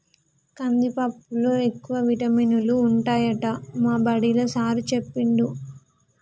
కందిపప్పులో ఎక్కువ విటమినులు ఉంటాయట మా బడిలా సారూ చెప్పిండు